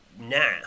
now